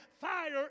Fire